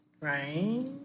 Right